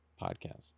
podcast